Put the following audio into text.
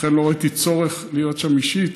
לכן לא ראיתי צורך להיות שם אישית.